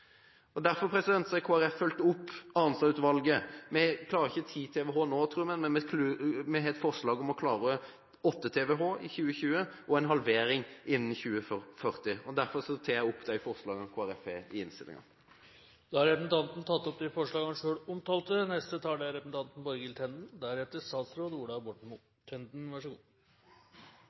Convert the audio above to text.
Derfor har Kristelig Folkeparti fulgt opp Arnstad-utvalget. Vi klarer ikke 10 TWh nå, tror vi, men vi har et forslag om å klare 8 TWh i 2020 og en halvering innen 2040. Derfor tar jeg opp de forslagene Kristelig Folkeparti har i innstillingen. Da har representanten Kjell Ingolf Ropstad tatt opp de forslagene han